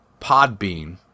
Podbean